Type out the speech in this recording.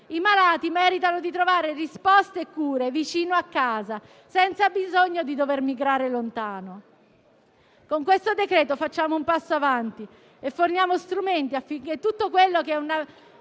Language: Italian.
I malati meritano di trovare risposte e cure vicino casa, senza bisogno di dover migrare lontano. Con il decreto-legge in esame facciamo un passo in avanti e forniamo strumenti affinché tutto quello che a un